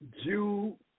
Jew